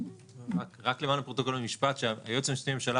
רק למען הפרוטוקול: היועץ המשפטי לממשלה